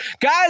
Guys